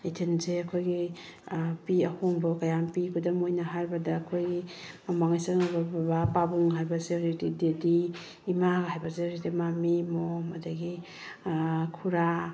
ꯏꯊꯤꯜꯁꯦ ꯑꯩꯈꯣꯏꯒꯤ ꯄꯤ ꯑꯍꯣꯡꯕ ꯀꯌꯥ ꯑꯃ ꯄꯤꯕꯗ ꯃꯣꯏꯅ ꯍꯥꯏꯕꯗ ꯑꯩꯈꯣꯏ ꯑꯃꯥꯡ ꯑꯁꯦꯡ ꯑꯣꯏꯕ ꯕꯥꯕꯥ ꯄꯥꯕꯨꯡ ꯍꯥꯏꯕꯁꯦ ꯍꯧꯖꯤꯛꯇꯤ ꯗꯦꯗꯤ ꯏꯃꯥ ꯍꯥꯏꯕꯁꯦ ꯍꯧꯖꯤꯛꯇꯤ ꯃꯥꯃꯤ ꯃꯣꯝ ꯑꯗꯒꯤ ꯈꯨꯔꯥ